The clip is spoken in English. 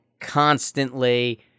constantly